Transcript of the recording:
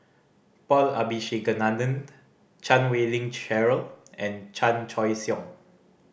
Paul Abisheganaden Chan Wei Ling Cheryl and Chan Choy Siong